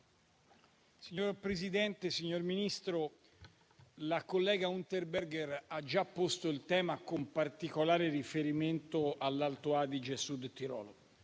Signor Presidente, signor Ministro, la collega Unterberger ha già posto il tema, con particolare riferimento all'Alto Adige-Sud Tirolo.